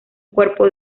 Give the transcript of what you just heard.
cuerpo